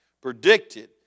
predicted